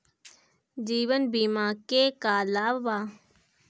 जीवन बीमा के का लाभ बा?